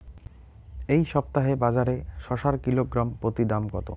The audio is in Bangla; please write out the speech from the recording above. এই সপ্তাহে বাজারে শসার কিলোগ্রাম প্রতি দাম কত?